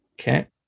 Okay